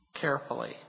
carefully